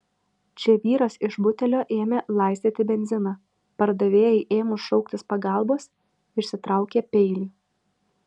čia vyras iš butelio ėmė laistyti benziną pardavėjai ėmus šauktis pagalbos išsitraukė peilį